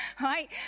right